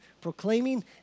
proclaiming